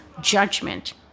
judgment